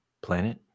Planet